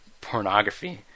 pornography